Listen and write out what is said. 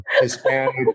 Hispanic